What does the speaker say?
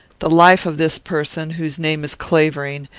the life of this person, whose name is clavering,